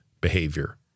behavior